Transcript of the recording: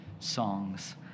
Songs